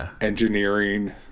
engineering